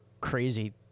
crazy